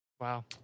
wow